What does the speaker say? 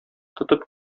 тотып